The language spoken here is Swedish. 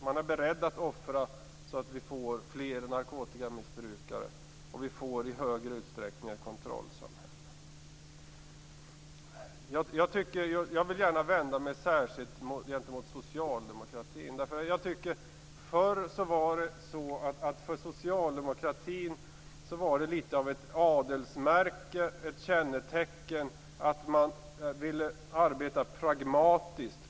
Man är beredd att tillåta att vi får fler narkotikamissbrukare och att vi i högre utsträckning får ett kontrollsamhälle. Jag vill gärna vända mig särskilt till socialdemokraterna. Förr var det litet av ett adelsmärke, ett kännetecken för socialdemokraterna att man ville arbeta pragmatiskt.